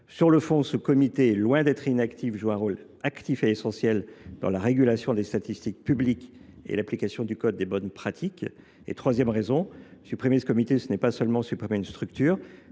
sur le fond, ce comité, loin d’être inactif, joue un rôle essentiel dans la régulation des statistiques publiques et l’application du code des bonnes pratiques. Troisièmement, supprimer ce comité, ce n’est pas seulement supprimer une structure